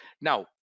now